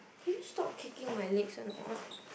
can you stop kicking my legs or not